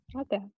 Okay